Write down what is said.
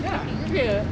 sure